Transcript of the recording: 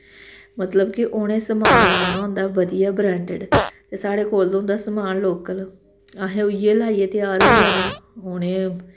मतलब कि उनें समान लाना होंदा ऐ बधिया ब्रैंडड ते साढ़े कोल होंदा ते समान लोकल अहें उ'ऐ लाइयै त्यार होई जाना उ'नें